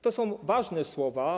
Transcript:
To są ważne słowa.